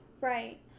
Right